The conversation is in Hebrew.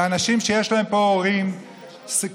לאנשים שיש להם פה הורים קשישים,